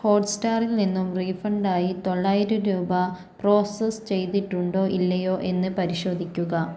ഹോട്ട്സ്റ്റാറിൽ നിന്നും റീഫണ്ടായി തൊള്ളായിരം രൂപ പ്രോസസ്സ് ചെയ്തിട്ടുണ്ടോ ഇല്ലയോ എന്ന് പരിശോധിക്കുക